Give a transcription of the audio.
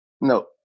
no